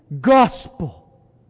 Gospel